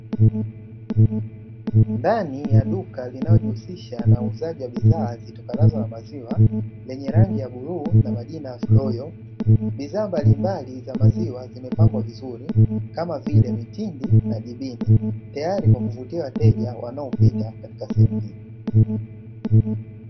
Ndani ya duka linaojihusisha na uuzaji wa bidhaa zitokazo la maziwa lenye rangi ya buluu na majina ndoyo bidhaa mbalimbali za maziwa, zimepangwa vizuri kama vile mitindi na jibini tayari kwa kuvutia wateja wanaopita katika sehemu hii.